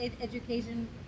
education